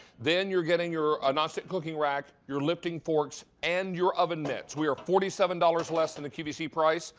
then you're getting your ah nonstick cooking rack, your lifting forks, and your oven mitts. we are forty seven dollars less than the qvc price.